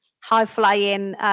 high-flying